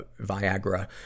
Viagra